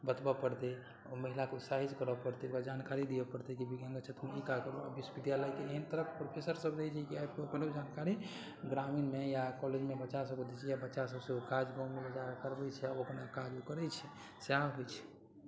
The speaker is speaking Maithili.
बतबऽ पड़तै महिलाके उत्साहित करऽ पड़तै ओकरा जानकारी दिअ पड़तै कि विज्ञान क्षेत्रमे ई काज करू आ विश्वविद्यालयके एहन तरहके प्रोफेसर सभ रहै छै कि आइ अपनो जानकारी ग्रामीणमे या कॉलेजमे बच्चा सभके दै छियै बच्चा सभ काज गाँवमे लऽ जाए करबै छै आ ओ अपना काज करै छै सएह होइ छै